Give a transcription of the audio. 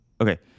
Okay